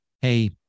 hey